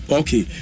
okay